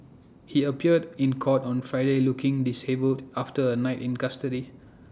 he appeared in court on Friday looking dishevelled after A night in custody